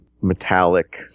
metallic